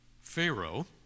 Pharaoh